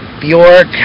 Bjork